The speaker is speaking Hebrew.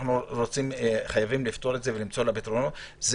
שאנחנו חייבים לפתור ולמצוא לה פתרון זה